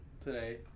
today